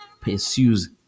pursues